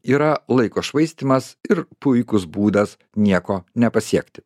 yra laiko švaistymas ir puikus būdas nieko nepasiekti